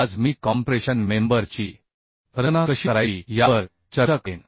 आज मी compression member ची रचना कशी करायची यावर चर्चा करेन